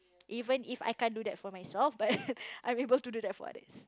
even if I can't do that for myself but I am able to do that for others